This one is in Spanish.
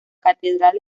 catedral